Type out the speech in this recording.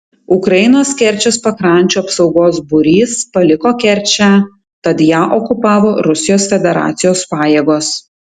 ukrainos kerčės pakrančių apsaugos būrys paliko kerčę tad ją okupavo rusijos federacijos pajėgos